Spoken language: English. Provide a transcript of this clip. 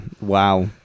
wow